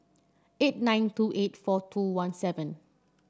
eight nine two eight four two one seven